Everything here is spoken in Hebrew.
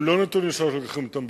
הם לא נתונים שאנחנו לוקחים אותם בקלות,